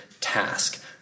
task